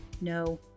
No